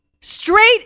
Straight